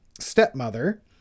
stepmother